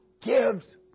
gives